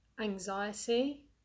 anxiety